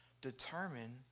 determine